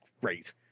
great